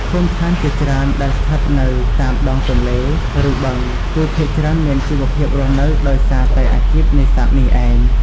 ភូមិឋានជាច្រើនដែលស្ថិតនៅតាមដងទន្លេ ឬបឹង គឺភាគច្រើនមានជីវភាពរស់នៅដោយសារតែអាជីពនេសាទនេះឯង។